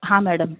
હા મૅડમ